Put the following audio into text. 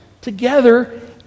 together